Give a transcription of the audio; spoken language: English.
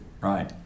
Right